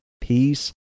peace